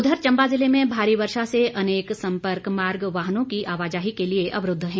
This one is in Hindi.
उधर चंबा जिले में भारी वर्षा से अनेक संपर्क मार्ग वाहनों की आवाजाही के लिए अवरूद्व है